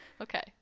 Okay